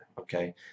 okay